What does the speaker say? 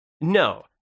No